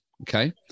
Okay